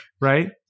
right